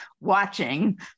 watching